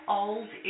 old